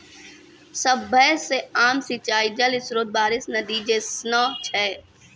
सभ्भे से आम सिंचाई जल स्त्रोत बारिश, नदी जैसनो छै